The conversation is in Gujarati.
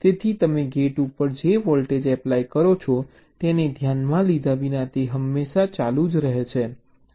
તેથી તમે ગેટ ઉપર જે વોલ્ટેજ એપ્લાય કરો છો તેને ધ્યાનમાં લીધા વિના તે હંમેશા ચાલુ રહે છે